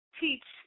teach